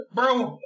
Bro